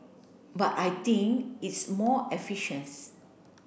but I think it's more